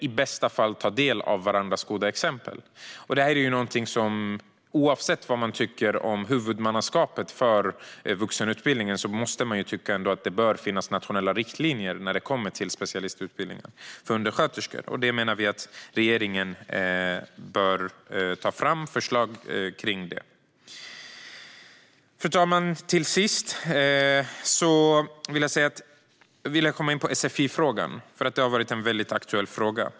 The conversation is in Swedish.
I bästa fall tar de del av varandras goda exempel. Oavsett vad man tycker om huvudmannaskapet för vuxenutbildningen måste man ju tycka att det bör finnas nationella riktlinjer för specialistutbildningar för undersköterskor. Vi menar att regeringen bör ta fram förslag om det. Fru talman! Till sist vill jag komma in på sfi-frågan som har varit väldigt aktuell.